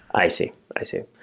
i see. i see.